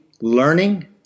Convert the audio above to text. learning